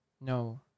No